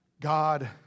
God